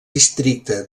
districte